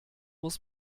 muss